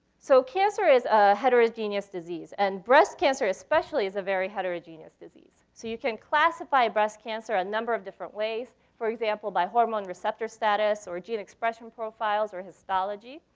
so cancer is a heterogeneous disease. and breast cancer especially is a very heterogeneous disease. so you can classify breast cancer a number of different ways. for example, by hormone receptor status, or gene expression profiles, or histology.